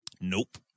Nope